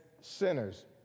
sinners